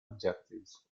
objectives